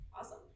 Awesome